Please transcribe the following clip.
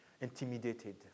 intimidated